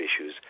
issues